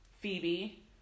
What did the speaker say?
Phoebe